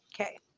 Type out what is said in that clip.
Okay